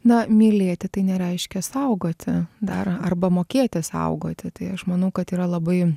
na mylėti tai nereiškia saugoti dar arba mokėti saugoti tai aš manau kad yra labai